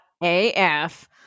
AF